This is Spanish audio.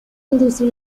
industria